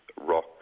rock